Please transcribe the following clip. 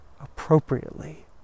appropriately